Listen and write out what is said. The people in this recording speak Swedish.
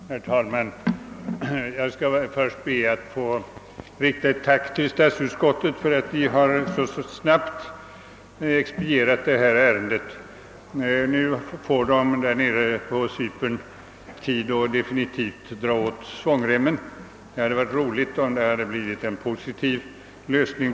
Herr talman! Jag skall först be att få rikta ett tack till statsutskottet för att utskottet så snabbt expedierat detta ärende. Nu får man där nere på Cypern tid att definitivt dra åt svångremmen. Det hade varit roligt om det hade blivit en positiv lösning.